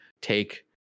take